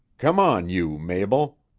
come on, you mabel.